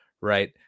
right